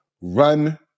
run